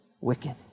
wicked